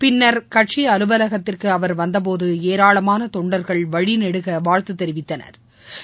பின்னர் கட்சிஅலுவலகத்துக்குஅவர் வந்தபோது ஏராளமானதொண்டர்கள் வழிநெடுகவாழ்த்துதெரிவித்தனா்